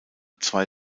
zwei